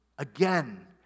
Again